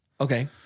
Okay